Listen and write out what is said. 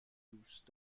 دوست